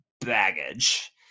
baggage